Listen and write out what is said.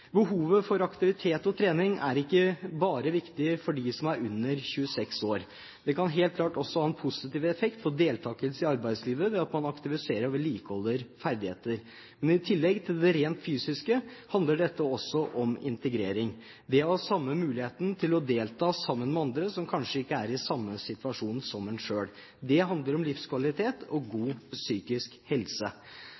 Behovet for aktivitet og trening er ikke bare viktig for dem som er under 26 år. Det kan helt klart også ha en positiv effekt for deltakelse i arbeidslivet ved at man aktiviserer og vedlikeholder ferdigheter. Men i tillegg til det rent fysiske handler dette også om integrering, det å ha samme mulighet til å delta sammen med andre som kanskje ikke er i samme situasjon som en selv. Det handler om livskvalitet og